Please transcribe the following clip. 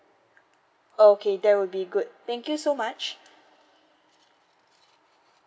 okay that will be good thank you so much